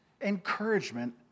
encouragement